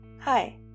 Hi